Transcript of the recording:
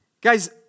guys